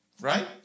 right